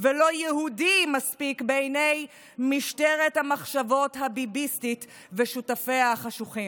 ולא יהודי מספיק בעיני משטרת המחשבות הביביסטית ושותפיה החשוכים.